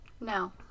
No